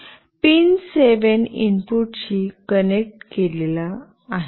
pin 7 इनपुटशी connect केलेला आहे